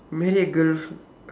marry a girl